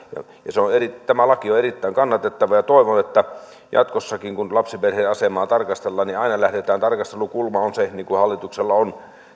tämä laki on erittäin kannatettava ja toivon että jatkossakin kun lapsiperheiden asemaa tarkastellaan aina lähdetään siitä että tarkastelukulma on se niin kuin hallituksella on